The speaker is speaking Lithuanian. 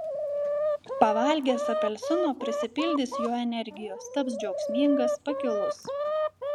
pavalgęs apelsino prisipildys jo energijos taps džiaugsmingas pakilus